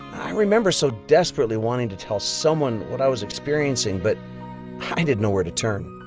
i remember so desperately wanting to tell someone what i was experiencing, but i didn't't know where to turn.